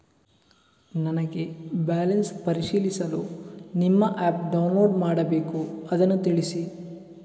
ನನಗೆ ಬ್ಯಾಲೆನ್ಸ್ ಪರಿಶೀಲಿಸಲು ನಿಮ್ಮ ಆ್ಯಪ್ ಡೌನ್ಲೋಡ್ ಮಾಡಬೇಕು ಅದನ್ನು ತಿಳಿಸಿ?